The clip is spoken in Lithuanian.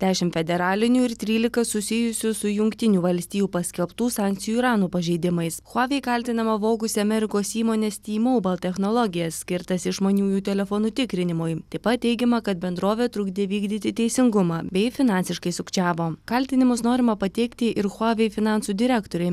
dešimt federalinių ir trylika susijusių su jungtinių valstijų paskelbtų sankcijų iranui pažeidimais huawei kaltinama vogusi amerikos įmonės t mobile technologijas skirtas išmaniųjų telefonų tikrinimui taip pat teigiama kad bendrovė trukdė vykdyti teisingumą bei finansiškai sukčiavo kaltinimus norima pateikti ir huawei finansų direktorei